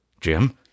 Jim